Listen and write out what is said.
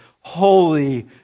holy